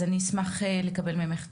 אז אני אשמח לקבל ממך תשובה.